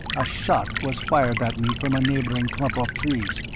a shot was fired at me from a neighbouring clump of trees,